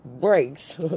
breaks